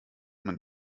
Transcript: man